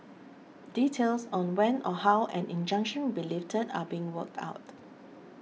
details on when or how an injunction will be lifted are being worked out